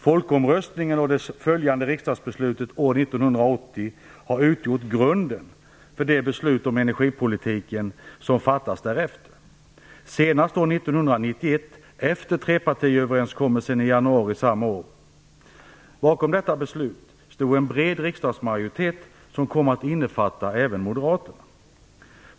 Folkomröstningen och det följande riksdagsbeslutet år 1980 har utgjort grunden för de beslut om energipolitiken som har fattats därefter, senast år 1991 efter trepartiöverenskommelsen i januari samma år. Bakom detta beslut stod en bred riksdagsmajoritet som kom att innefatta även moderaterna.